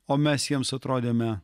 o mes jiems atrodėme